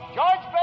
George